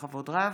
בכבוד רב,